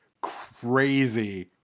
crazy